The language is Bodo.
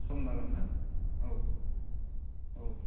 सम लागोन ना औ औ